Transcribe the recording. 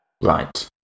Right